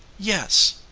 yes.